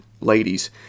ladies